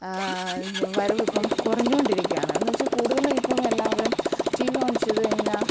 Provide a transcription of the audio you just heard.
വരവിപ്പം കുറഞ്ഞോണ്ടിരിയ്ക്കയാണ് എന്നുവെച്ചാൽ കൂടുതൽ ഇപ്പം എല്ലാവരും റ്റീ വി ഓൺ ചെയ്ത് കഴിഞ്ഞാൽ